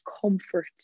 comfort